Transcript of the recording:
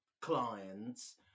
clients